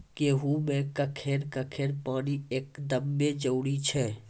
गेहूँ मे कखेन कखेन पानी एकदमें जरुरी छैय?